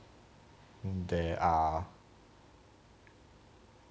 there are